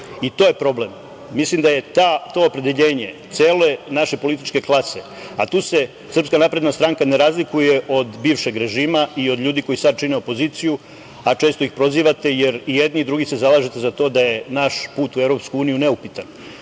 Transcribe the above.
i to je problem. Mislim da to opredeljenje cele naše političke klase, a tu se SNS ne razlikuje od bivšeg režima i do ljudi koji sada čine opoziciju, a često ih prozivate, jer i jedni i drugi se zalažete za to da je naš put u EU neupitan,